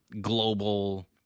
global